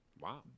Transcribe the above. Wow